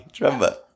remember